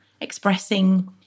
expressing